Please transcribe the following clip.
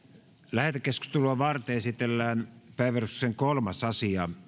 lähetekeskustelua varten esitellään päiväjärjestyksen kolmas asia